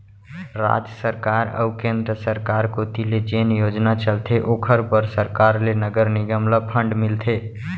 राज सरकार अऊ केंद्र सरकार कोती ले जेन योजना चलथे ओखर बर सरकार ले नगर निगम ल फंड मिलथे